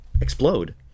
explode